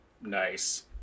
Nice